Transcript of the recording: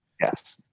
Yes